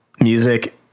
music